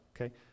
Okay